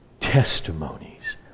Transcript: testimonies